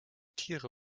tiere